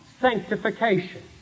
sanctification